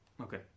Okay